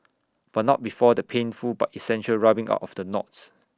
but not before the painful but essential rubbing out of the knots